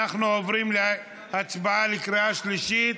אנחנו עוברים להצבעה בקריאה שלישית.